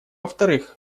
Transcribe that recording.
вторых